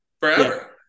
forever